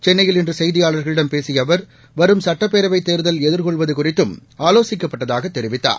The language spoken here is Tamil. சென்னையில் இன்று செய்தியாளர்களிடம் பேசிய அவர் வரும் சுட்டப்பேரவை தேர்தல் எதிர்கொள்வது குறித்தும் ஆலோசிக்கப்பட்டதாகத் தெரிவித்தார்